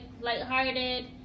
lighthearted